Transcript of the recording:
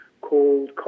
called